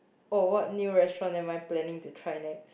oh what new restaurant am I planning to try next